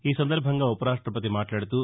ఈ సందర్బంగా ఉపరాష్టపతి మాట్లాడుతూ